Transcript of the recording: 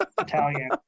Italian